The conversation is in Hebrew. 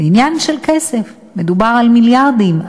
עניין של כסף: מדובר על מיליארדים.